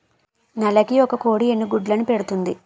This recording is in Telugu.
నెలకి ఒక కోడి ఎన్ని గుడ్లను పెడుతుంది?